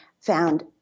found